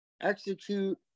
execute